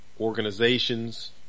organizations